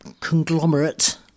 conglomerate